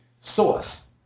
source